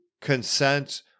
consent